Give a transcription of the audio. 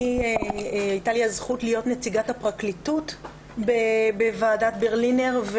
הייתה לי הזכות להיות נציגת הפרקליטות בוועדת ברלינר.